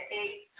eight